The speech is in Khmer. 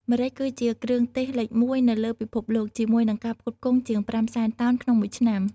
ម្រេច គឺជាគ្រឿងទេសលេខមួយនៅលើពិភពលោក ជាមួយនឹងការផ្គត់ផ្គង់ជាង ៥ សែនតោនក្នុងមួយឆ្នាំ។